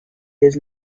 his